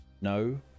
no